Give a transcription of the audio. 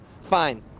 fine